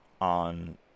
on